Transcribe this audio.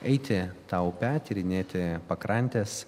eiti ta upe tyrinėti pakrantes